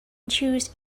choose